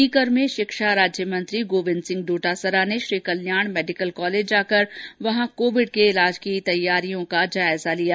सीकर में शिक्षामंत्री गोविन्द सिंह डोटासरा ने श्री कल्याण मैडिकल कॉलेज जाकर वहां कोविड के इलाज की तैयारियों का जायजा लिया